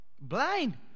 Blind